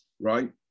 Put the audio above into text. right